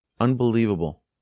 Unbelievable